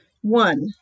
One